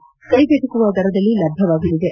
ಕ್ಕೆಗೆಟಕುವ ದರದಲ್ಲಿ ಲಭ್ಯವಾಗಲಿದೆ